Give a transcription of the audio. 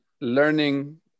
learning